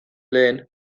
lehen